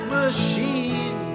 machine